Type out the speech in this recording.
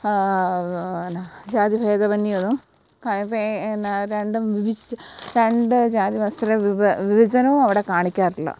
എന്ന ജാതി ഭേതമന്യേ ഒന്നും എന്ന രണ്ടും വിഭജിച്ച് രണ്ട് ജാതി മതസ്ഥരുടെ വിഭജ വിഭജനവും അവിടെ കാണിക്കാറില്ല